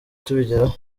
tubigeraho